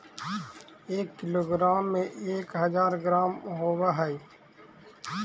एक किलोग्राम में एक हज़ार ग्राम होव हई